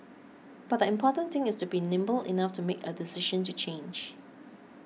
but the important thing is to be nimble enough to make a decision to change